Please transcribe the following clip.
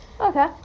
Okay